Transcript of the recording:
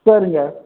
சரிங்க